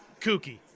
kooky